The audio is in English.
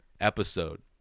episode